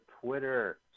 Twitter